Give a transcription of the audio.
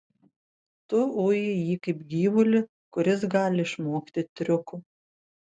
tu uji jį kaip gyvulį kuris gali išmokti triukų